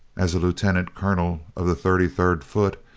as lieutenant colonel of the thirty-third foot,